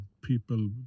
People